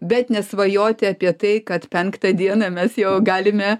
bet nesvajoti apie tai kad penktą dieną mes jau galime